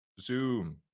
Zoom